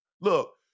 Look